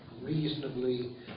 reasonably